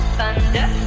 Thunder